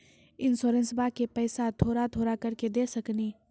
इंश्योरेंसबा के पैसा थोड़ा थोड़ा करके दे सकेनी?